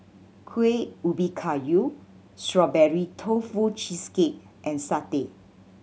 Kueh Ubi Kayu Strawberry Tofu Cheesecake and satay